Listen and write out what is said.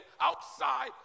outside